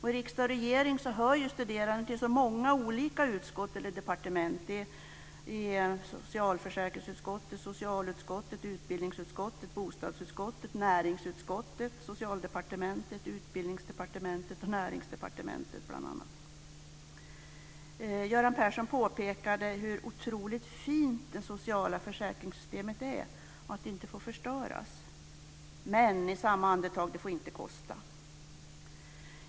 I riksdag och regering hör ju studerande till så många olika utskott och departement: Göran Persson påpekade hur otroligt fint det sociala försäkringssystemet är och att det inte får förstöras, men sade i samma andetag att det inte får kosta.